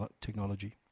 technology